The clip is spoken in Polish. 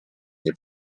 nie